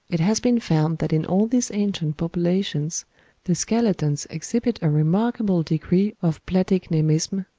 it has been found that in all these ancient populations the skeletons exhibit a remarkable degree of platicnemism,